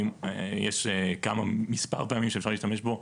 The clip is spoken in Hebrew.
יש מספר פעמים שאפשר להשתמש בו.